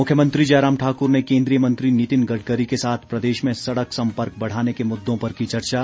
मुख्यमंत्री जयराम ठाकुर ने केंद्रीय मंत्री नितिन गडकरी के साथ प्रदेश में सड़क संपर्क बढ़ाने के मुददों पर की चर्चा